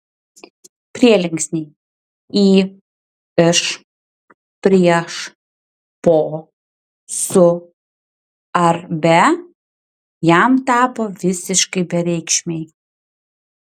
prielinksniai į iš prieš po su ar be jam tapo visiškai bereikšmiai